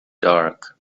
dark